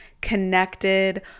connected